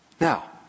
Now